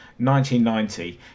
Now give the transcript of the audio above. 1990